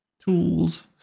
tools